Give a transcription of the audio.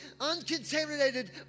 uncontaminated